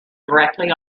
directly